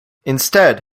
instead